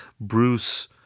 Bruce